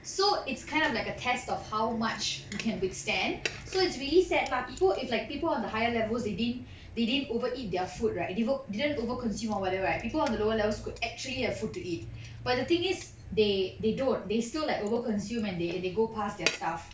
so it's kind of like a test of how much you can withstand so it's really sad lah people if like people on the higher levels they didn't they didn't over eat their food right they didn't over consumer or whatever right people on the lower levels could actually have food to eat but the thing is they they don't they still like over consume and they they go past their stuff